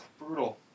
brutal